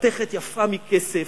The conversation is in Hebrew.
מתכת יפה מכסף,